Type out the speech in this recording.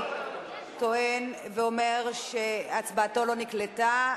טוען ואומר שהצבעתו לא נקלטה.